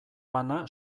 bana